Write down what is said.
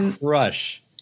crush